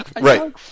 Right